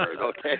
okay